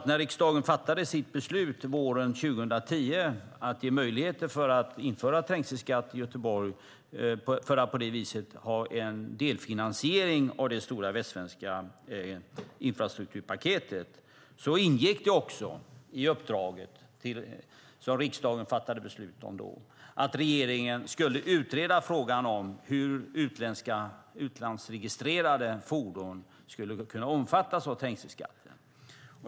När riksdagen fattade sitt beslut våren 2010 om att ge möjligheter att införa trängselskatt i Göteborg, för att på det viset få en delfinansiering av det stora västsvenska infrastrukturpaketet, ingick det i uppdraget som riksdagen fattade beslut om då att regeringen skulle utreda frågan om hur utlandsregistrerade fordon skulle kunna omfattas av trängselskatten.